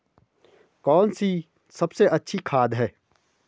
कौन सी सबसे अच्छी खाद है?